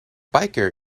biker